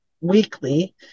weekly